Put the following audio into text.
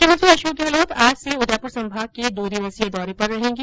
मुख्यमंत्री अशोक गहलोत आज से उदयपुर संभाग के दो दिवसीय दौरे पर रहेंगे